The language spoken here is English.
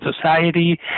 society